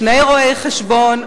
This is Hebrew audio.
שני רואי-חשבון,